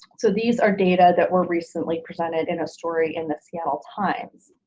so these are data that were recently presented in a story in the seattle times.